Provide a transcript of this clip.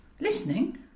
Listening